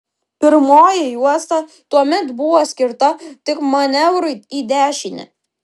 pirmoji juosta tuomet buvo skirta tik manevrui į dešinę